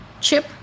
chip